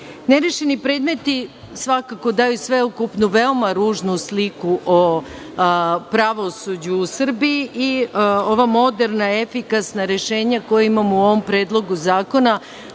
predmeta. Nerešeni predmeti svakako daju sveukupnu veoma ružnu sliku o pravosuđu u Srbiji i ova moderna efikasna rešenja koja imamo u ovom predlogu zakona,